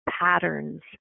patterns